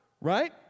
right